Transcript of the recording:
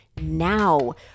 now